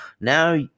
now